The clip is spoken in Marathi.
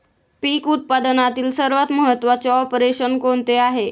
पीक उत्पादनातील सर्वात महत्त्वाचे ऑपरेशन कोणते आहे?